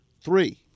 Three